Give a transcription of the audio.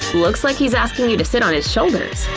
looks like he's asking you to sit on his shoulders!